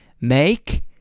make